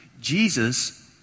Jesus